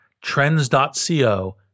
Trends.co